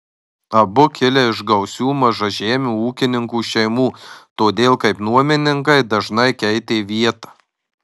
abu kilę iš gausių mažažemių ūkininkų šeimų todėl kaip nuomininkai dažnai keitė vietą